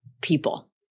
people